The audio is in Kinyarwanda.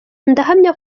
ndahamya